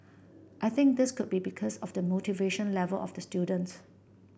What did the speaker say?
I think this could be because of the motivation level of the students